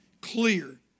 clear